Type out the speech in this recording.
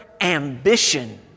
ambition